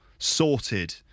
sorted